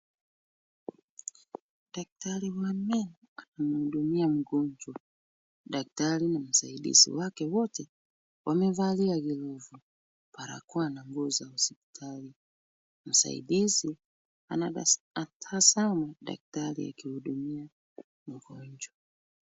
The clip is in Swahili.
Daktari wa meno anamhudumia mgonjwa, daktari na msaidizi wake wote wamevalia glovu, barakoa na nguo za hospitali msaidizi anatabasamu daktari akimhudumia mgonjwa.